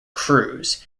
cruz